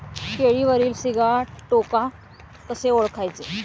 केळीवरील सिगाटोका कसे ओळखायचे?